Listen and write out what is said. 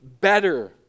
better